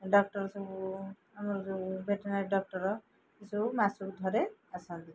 doctor ସବୁ ଆମର ଯେଉଁ ଭେଟେନାରୀ ଡକ୍ଟର ସେସବୁ ମାସକୁ ଥରେ ଆସନ୍ତି